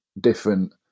different